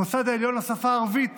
המוסד העליון לשפה הערבית